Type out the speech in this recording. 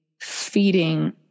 feeding